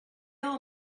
all